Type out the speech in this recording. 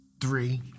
three